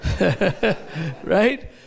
Right